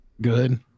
Good